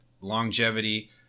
longevity